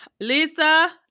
Lisa